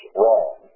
wrong